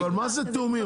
אז מה זה תיאומים?